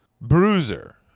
Bruiser